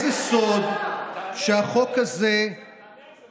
זה לא סוד שהחוק הזה בעייתי.